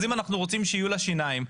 אז אם אנחנו רוצים שיהיה לה שיניים,